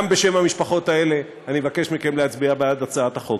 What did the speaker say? גם בשם המשפחות האלה אני מבקש מכם להצביע בעד הצעת החוק.